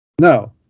no